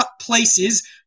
places